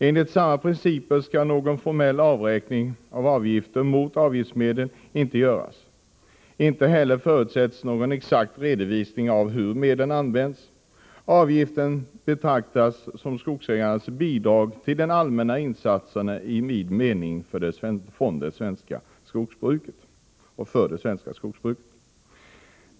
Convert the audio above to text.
Enligt samma principer skall någon formell avräkning av utgifter mot avgiftsmedel inte göras. Inte heller förutsätts någon exakt redovisning av hur medlen används. Avgiften betraktas som skogsägarnas bidrag till de allmänna insatserna i vid mening för det svenska skogsbruket.